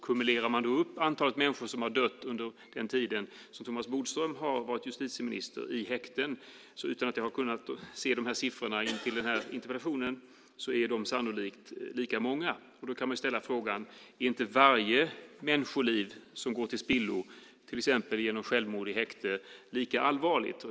Kumulerar man antalet människor som har dött i häkten under den tid som Thomas Bodström har varit justitieminister - jag har inte sett de siffrorna inför den här interpellationen - är de sannolikt lika många. Då kan man ställa frågan: Är inte varje människoliv som går till spillo, till exempel genom självmord i häkte, lika allvarligt?